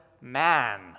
man